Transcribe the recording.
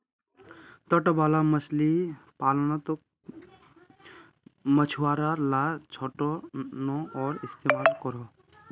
तट वाला मछली पालानोत मछुआरा ला छोटो नओर इस्तेमाल करोह